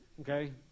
Okay